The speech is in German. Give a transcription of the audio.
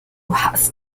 hast